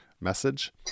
message